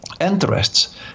interests